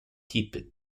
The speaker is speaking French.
type